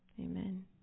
Amen